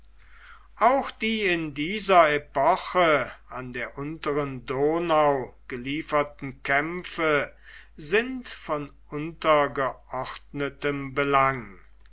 auch die in dieser epoche an der unteren donau gelieferten kämpfe sind von untergeordnetem belang